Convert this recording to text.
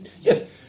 yes